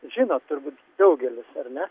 žinot turbūt daugelis ar ne